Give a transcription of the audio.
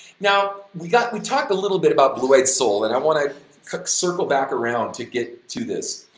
now we got, we talked a little bit about blue-eyed soul and i want to co, circle back around to get to this.